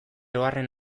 oharren